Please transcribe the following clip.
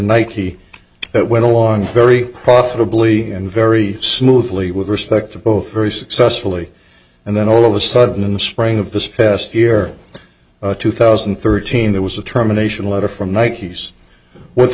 nike that went along very profitably and very smoothly with respect to both very successfully and then all of a sudden in the spring of this past year two thousand and thirteen there was a terminations letter from nike's what the